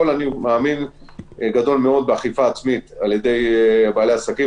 מאמין גדול מאוד באכיפה עצמית על ידי בעלי העסקים,